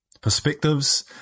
perspectives